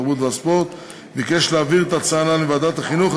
התרבות והספורט ביקש להעביר את ההצעה הנ"ל מוועדת החינוך,